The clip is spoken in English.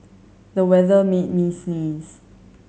the weather made me sneeze